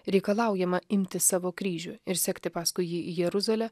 reikalaujama imti savo kryžių ir sekti paskui jį į jeruzalę